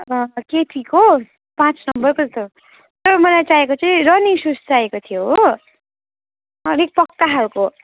अब केटीको पाँच नम्बरको तर मलाई चाहिएको चाहिँ रनिङ सुस चाहिएको थियो हो अलिक पक्का खाल्को